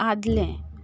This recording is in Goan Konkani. आदलें